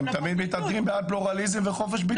הם תמיד מתאגדים בעד פלורליזם וחופש ביטוי.